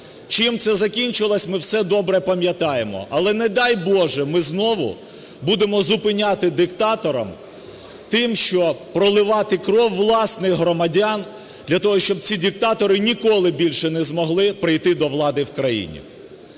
Чим це закінчилось, ми всі добре пам'ятаємо. Але, не дай Боже, ми знову будемо зупиняти диктатора тим, що проливати кров власних громадян для того, щоб ці диктатори ніколи більше не змогли прийти до влади в країні.